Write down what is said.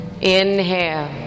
Inhale